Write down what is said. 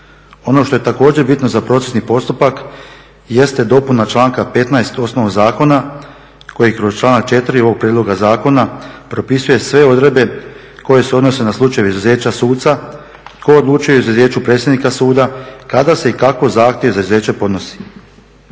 Ono što je također bitno za procesni postupak jeste dopuna članka 15. osnovnog zakona koji kroz članak 4. ovog prijedloga zakona propisuje sve odredbe koje se odnose na slučajeve izuzeća suca, tko odlučuje o izuzeću predsjednika suda, kada se i kako zahtjev za izuzeće podnosi.